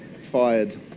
Fired